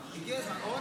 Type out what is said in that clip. חיילים.